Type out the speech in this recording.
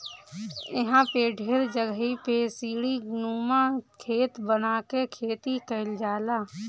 इहां पे ढेर जगही पे सीढ़ीनुमा खेत बना के खेती कईल जाला